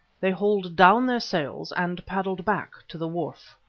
they hauled down their sails and paddled back to the wharf.